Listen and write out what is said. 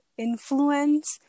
influence